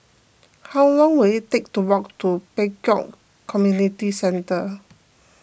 how long will it take to walk to Pek Kio Community Centre